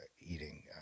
eating